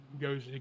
goes